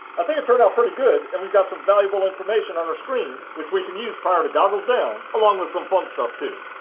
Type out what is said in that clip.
i think it turned out pretty good! and we've got some valuable information on our screen which we can use prior to goggles down along with some fun stuff too!